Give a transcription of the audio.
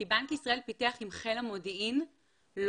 כי בנק ישראל פיתח עם חיל המודיעין לומדה